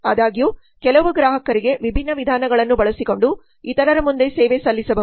ಆದಾಗ್ಯೂ ಕೆಲವು ಗ್ರಾಹಕರಿಗೆ ವಿಭಿನ್ನ ವಿಧಾನಗಳನ್ನು ಬಳಸಿಕೊಂಡು ಇತರರ ಮುಂದೆ ಸೇವೆ ಸಲ್ಲಿಸಬಹುದು